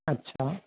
अच्छा